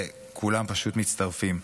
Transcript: וכולם פשוט מצטרפים,